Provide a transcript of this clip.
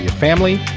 family.